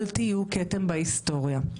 אל תהיו כתם בהיסטוריה,